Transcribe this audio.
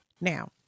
Now